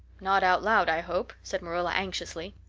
not out loud, i hope, said marilla anxiously.